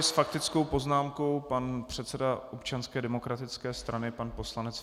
S faktickou poznámkou předseda Občanské demokratické strany pan poslanec Fiala.